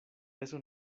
eso